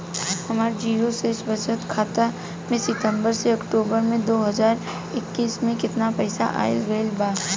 हमार जीरो शेष बचत खाता में सितंबर से अक्तूबर में दो हज़ार इक्कीस में केतना पइसा आइल गइल बा?